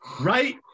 Right